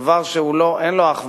דבר שאין לו אח ורע.